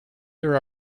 there